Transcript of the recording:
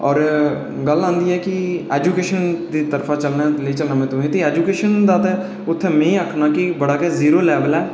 होर गल्ल औंदी ऐ कि ऐजूकेशन दी तरफा चलना ते लेई चलना में तुसें के ऐजूकेशन दा में आखना के बड़ा गै जीरो लैवल ऐ